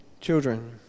Children